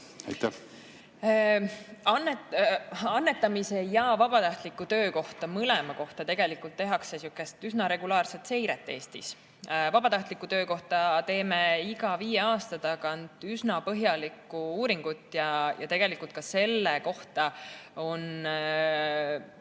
Annetamise ja vabatahtliku töö kohta, mõlema kohta, tehakse Eestis üsna regulaarset seiret. Vabatahtliku töö kohta teeme iga viie aasta tagant üsna põhjaliku uuringu ja tegelikult ka selle kohta on